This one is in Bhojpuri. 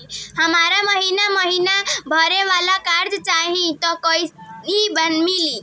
हमरा महिना महीना भरे वाला कर्जा चाही त कईसे मिली?